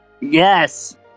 yes